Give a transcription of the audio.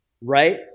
right